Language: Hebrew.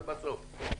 אבל בסוף.